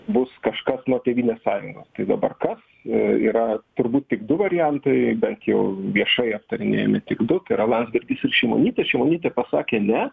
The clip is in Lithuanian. bus kažkas nuo tėvynės sąjungos tai dabar kas yra turbūt tik du variantai bent jau viešai aptarinėjami tik du tai yra landsbergis ir šimonytė šimonytė pasakė ne